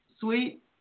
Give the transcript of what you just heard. sweet